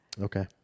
Okay